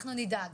אנחנו נדאג.